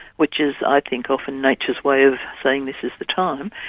which is, i think, often nature's way of saying this is the time,